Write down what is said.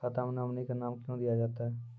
खाता मे नोमिनी का नाम क्यो दिया जाता हैं?